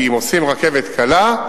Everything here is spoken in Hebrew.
כי אם עושים רכבת קלה,